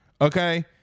okay